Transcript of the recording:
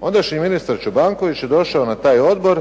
Ondašnji ministar Čobanković je došao na taj odbor